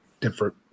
different